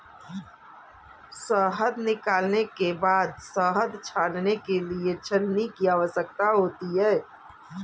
शहद निकालने के बाद शहद छानने के लिए छलनी की आवश्यकता होती है